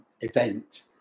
event